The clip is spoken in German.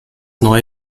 neue